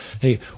hey